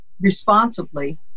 responsibly